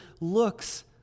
looks